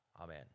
Amen